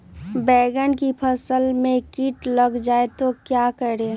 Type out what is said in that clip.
बैंगन की फसल में कीट लग जाए तो क्या करें?